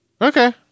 Okay